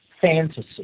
fantasy